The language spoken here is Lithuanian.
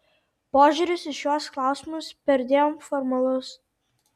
požiūris į šiuos klausimus perdėm formalus